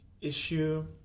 issue